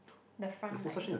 the front light is on